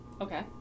Okay